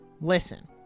listen